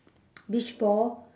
beach ball